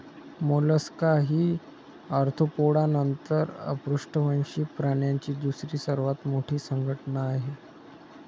Mollusca ही Arthropoda नंतर अपृष्ठवंशीय प्राण्यांची दुसरी सर्वात मोठी संघटना आहे